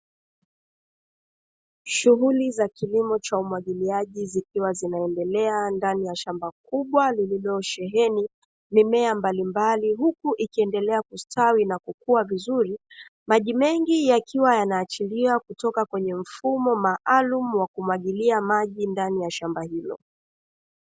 Shunghuli za kilimo cha umwagiliaji zikiwa zinaendelea ndani ya shamba kubwa lililosheheni mimea mbalimbali, huku ikiendelea kustawi na kukua vizuri. Maji mengi yakiwa yanachilia kutoka kwenye mfumo maalumu wa kumwagilia maji kwenye shamba hilo .